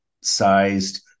sized